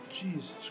Jesus